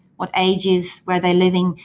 what ages, where are they living?